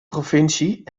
provincie